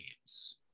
games